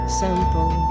simple